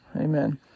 Amen